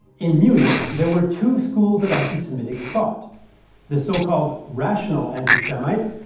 in munich, there were two schools of anti semitic thought the so called rational anti-semites,